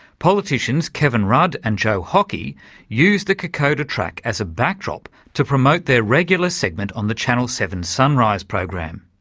politicians kevin rudd and joe hockey used the kokoda track as a backdrop to promote their regular segment on the channel seven sunrise program.